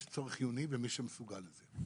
יש צורך חיוני, ב', מי שמסוגל לזה.